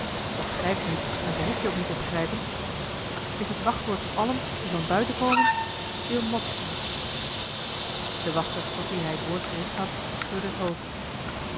dat begrijp je niet en behoef je ook niet te begrijpen is het wachtwoord voor allen die van buiten komen il mozzo de wachter tot wien hij het woord gericht had schudde het hoofd